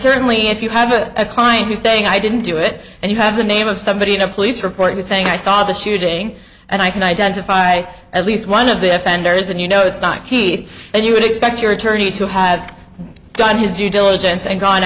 certainly if you have a client you saying i didn't do it and you have the name of somebody in the police report was saying i saw the shooting and i can identify at least one of the offenders and you know it's not key and you would expect your attorney to have done his due diligence and gone